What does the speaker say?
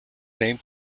named